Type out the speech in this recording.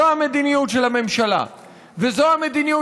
זו המדיניות של הממשלה וזו המדיניות